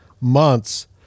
months